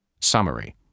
Summary